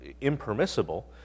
impermissible